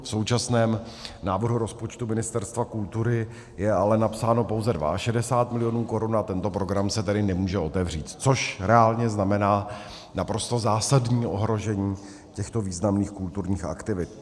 V současném návrhu rozpočtu Ministerstva kultury je ale napsáno pouze 62 milionů korun, a tento program se tedy nemůže otevřít, což reálně znamená naprosto zásadní ohrožení těchto významných kulturních aktivit.